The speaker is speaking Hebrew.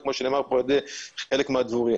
כמו שנאמר כאן על ידי חלק מהדוברים.